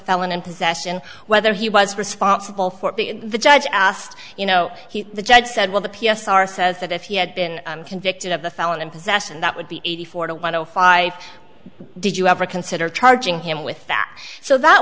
felon in possession whether he was responsible for being the judge asked you know he the judge said well the p s r says that if he had been convicted of the felon in possession that would be eighty four to one o five did you ever consider charging him with that so that